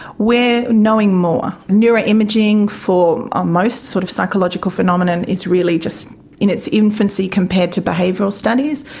we're knowing more. neuro-imaging for um most sort of psychological phenomena is really just in its infancy compared to behavioural studies,